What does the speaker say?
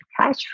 cash